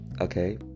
okay